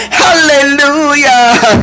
hallelujah